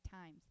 times